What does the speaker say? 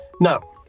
Now